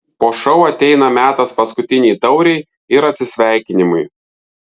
po šou ateina metas paskutinei taurei ir atsisveikinimui